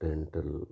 dental